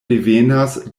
devenas